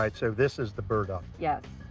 like so, this is the burdock. yes.